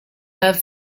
have